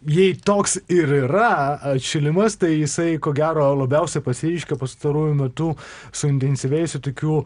jei toks ir yra atšilimas tai jisai ko gero labiausiai pasireiškia pastaruoju metu suintensyvėjusiu tokiu